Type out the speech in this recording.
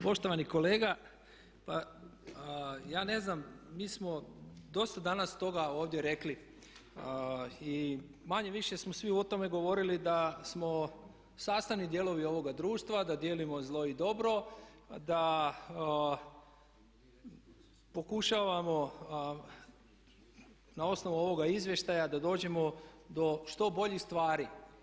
Poštovani kolega pa ja ne znam mi smo dosta danas toga ovdje rekli i manje-više smo svi o tome govorili da smo sastavni dijelovi ovoga društva, da dijelimo zlo i dobro, da pokušavamo na osnovu ovoga izvještaja da dođemo do što boljih stvari.